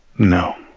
no